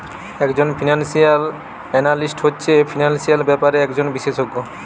একজন financial analyst হচ্ছে financial ব্যাপারে একজন বিশেষজ্ঞ